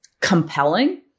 compelling